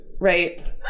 Right